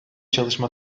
çalışma